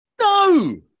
No